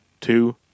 two